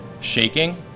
shaking